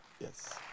Yes